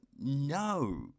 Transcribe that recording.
no